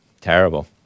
Terrible